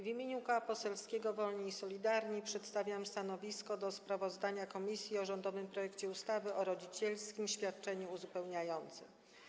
W imieniu Koła Poselskiego Wolni i Solidarni przedstawiam stanowisko wobec sprawozdania komisji o rządowym projekcie ustawy o rodzicielskim świadczeniu uzupełniającym.